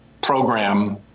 program